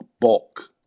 bulk